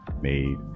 made